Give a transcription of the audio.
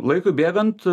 laikui bėgant